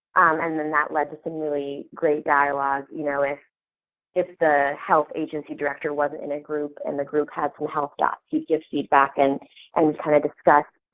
and then that led to some really great dialogue, you know, if if the health agency director wasn't in a group and the group had some health dots, to give feedback and kind of discuss.